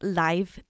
live